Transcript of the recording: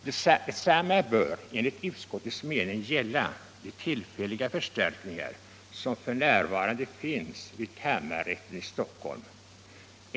Detsamma bör enligt utskottets mening gälla de tillfälliga förstärkningar som f. n. finns vid kammarrätten i Stockholm.